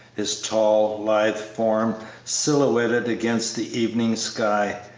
his tall, lithe form silhouetted against the evening sky,